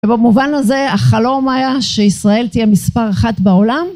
ובמובן הזה החלום היה שישראל תהיה מספר אחת בעולם